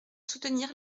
soutenir